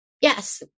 yes